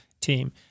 team